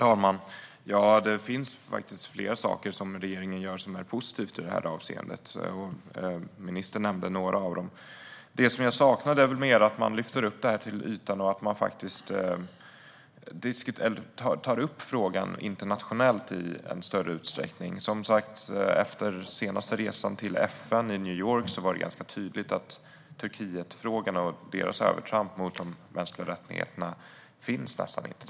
Herr talman! Det finns faktiskt flera saker som regeringen gör som är positiva i det är avseendet. Ministern nämnde några av dem. Det som jag saknar är att man lyfter upp det här till ytan och faktiskt tar upp frågan internationellt i större utsträckning. Efter den senaste resan till FN i New York var det ganska tydligt för mig att frågan om Turkiets övertramp mot de mänskliga rättigheterna nästan inte finns.